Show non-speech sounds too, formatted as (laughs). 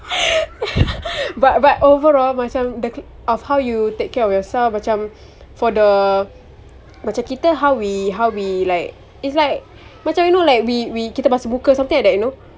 (laughs) but but overall macam the of how you take care of yourself macam for the macam kita how we how we like its like macam you know like we we kita basuh muka something like that you know